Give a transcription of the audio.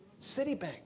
Citibank